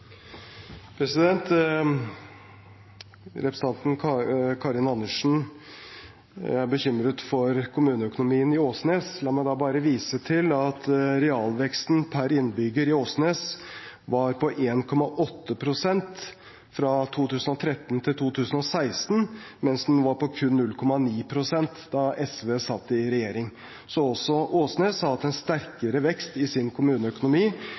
bekymret for kommuneøkonomien i Åsnes. La meg da bare vise til at realveksten per innbygger i Åsnes var på 1,8 pst. fra 2013 til 2016, mens den var på kun 0,9 pst. da SV satt i regjering. Så også Åsnes har hatt en sterkere vekst i sin kommuneøkonomi